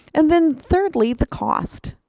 and then thirdly the cost.